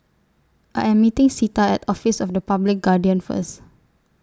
I Am meeting Zeta At Office of The Public Guardian First